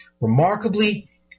Remarkably